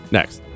Next